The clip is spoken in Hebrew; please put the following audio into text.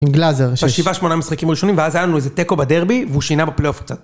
עם גלאזר 6. ב7-8 משחקים ראשונים, ואז היה לנו איזה תיקו בדרבי והוא שינה בפלייאוף קצת.